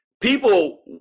People